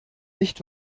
nicht